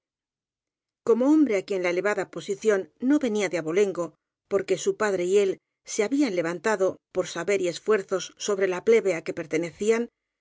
como hombre á quien la elevada posición no venía de abolengo porque su padre y él se habían levantado por saber y esfuerzos sobre la plebe a que pertenecían